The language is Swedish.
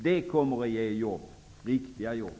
Det kommer att ge jobb, riktiga jobb.